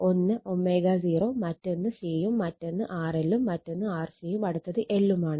ഒന്ന് ω0 മറ്റൊന്ന് C യും മറ്റൊന്ന് RL ഉം മറ്റൊന്ന് RC യും അടുത്തത് L ഉം ആണ്